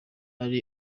igihe